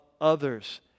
others